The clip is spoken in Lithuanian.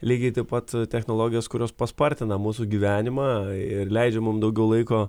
lygiai taip pat technologijos kurios paspartina mūsų gyvenimą ir leidžia mum daugiau laiko